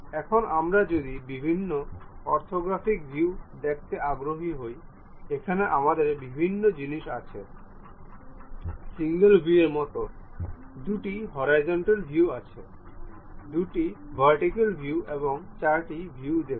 এখন আমরা যদি বিভিন্ন অর্থোগ্রাফিক ভিউ দেখতে আগ্রহী হই এখানে আমাদের বিভিন্ন জিনিস আছে সিঙ্গেল ভিউ এর মত দুটি হরাইজন্টাল ভিউ আছে দুটি ভার্টিকাল ভিউ এবং চারটি ভিউ দেখুন